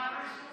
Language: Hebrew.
שלמה היקר.